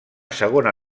segona